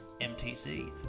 MTC